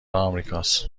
امریکاست